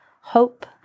hope